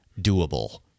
doable